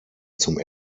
zum